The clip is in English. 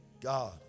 God